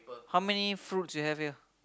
how many fruits you have here